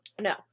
No